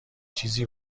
چیزی